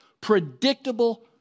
predictable